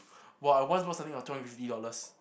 !wah! I once selling for two hundred fifty dollars